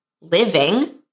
living